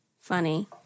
funny